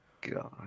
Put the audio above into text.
God